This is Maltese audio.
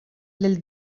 lil